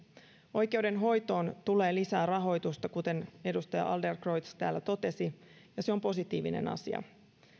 oikeudenhoitoon tulee lisää rahoitusta kuten edustaja adlercreutz täällä totesi ja se on positiivinen asia